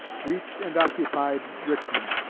reached and occupied richmond.